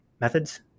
methods